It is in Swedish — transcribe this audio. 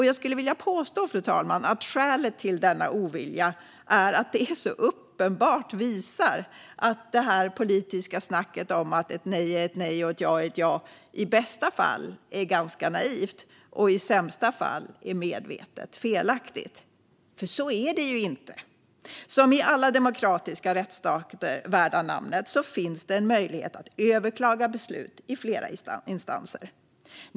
Jag skulle vilja påstå, fru talman, att skälet till denna ovilja är att de här människorna så uppenbart visar att det politiska snacket om att ett nej är ett nej och ett ja är ett ja i bästa fall är ganska naivt och i sämsta fall är medvetet felaktigt. För så är det ju inte. Som i alla demokratiska rättsstater värda namnet finns det möjlighet att överklaga beslut i flera instanser.